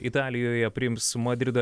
italijoje priims madrido